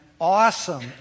awesome